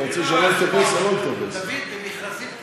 אתה רוצה, דוד, במכרזים פנימיים,